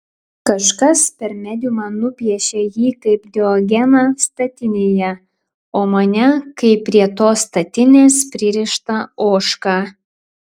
kažkas per mediumą nupiešė jį kaip diogeną statinėje o mane kaip prie tos statinės pririštą ožką